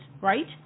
right